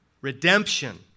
Redemption